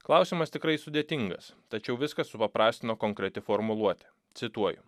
klausimas tikrai sudėtingas tačiau viską supaprastino konkreti formuluotė cituoju